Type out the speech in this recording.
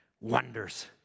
wonders